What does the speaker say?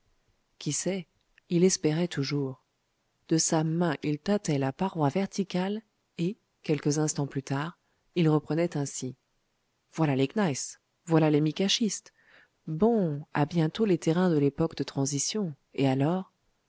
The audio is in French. qui sait il espérait toujours de sa main il tâtait la paroi verticale et quelques instants plus tard il reprenait ainsi voilà les gneiss voilà les micaschistes bon à bientôt les terrains de l'époque de transition et alors